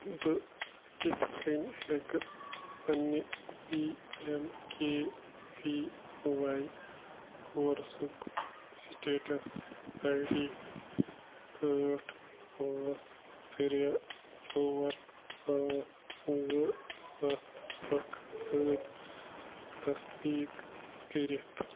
بہٕ کِتھ کٔنۍ ہٮ۪کہٕ پننہِ P M K V Y کورسُک سِٹیٚٹس آی ڈی ٲٹھ پانٛژھ ترٛےٚ ژور پانٛژھ زٕ سَتھ اکھ سۭتۍ تصدیٖق کٔرِتھ